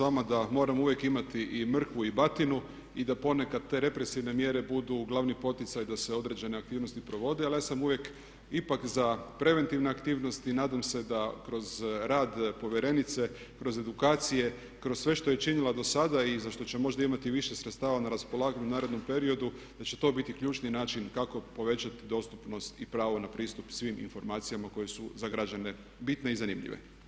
Pa slažem se s vama da moramo uvijek imati i mrkvu i batinu i da ponekad te represivne mjere budu glavni poticaj da se određene aktivnosti provode ali ja sam uvijek ipak za preventivne aktivnosti nadam se da kroz rad povjerenice, kroz edukacije, kroz sve što je činila do sada i za što će možda imati i više sredstava na raspolaganju u narednom periodu da će to biti ključni način kako povećati dostupnost i pravo na pristup svim informacijama koje su za građane bitne i zanimljive.